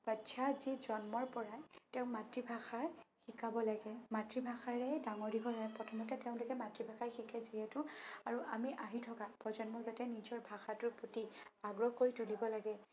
বাচ্ছা যি জন্মৰ পৰাই তেওঁৰ মাতৃভাষা শিকাব লাগে মাতৃভাষাৰে ডাঙৰ দীঘল হ'লে প্ৰথমতে তেওঁলোকে মাতৃভাষা শিকে যিহেতু আৰু আমি আহি থকা প্ৰজন্মই যাতে নিজৰ ভাষাটোৰ প্ৰতি আগ্ৰহ কৰি তুলিব লাগে